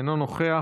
אינו נוכח,